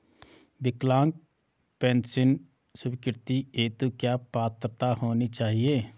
विकलांग पेंशन स्वीकृति हेतु क्या पात्रता होनी चाहिये?